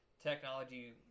technology